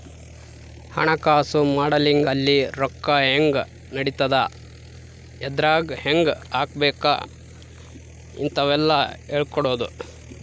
ಹಣಕಾಸು ಮಾಡೆಲಿಂಗ್ ಅಲ್ಲಿ ರೊಕ್ಕ ಹೆಂಗ್ ನಡಿತದ ಎದ್ರಾಗ್ ಹೆಂಗ ಹಾಕಬೇಕ ಇಂತವೆಲ್ಲ ಹೇಳ್ಕೊಡೋದು